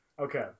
okay